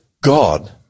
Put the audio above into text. God